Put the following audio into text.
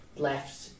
left